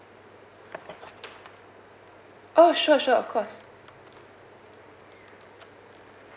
oh sure sure of course